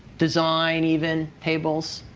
design even, tables,